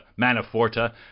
Manaforta